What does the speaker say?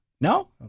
No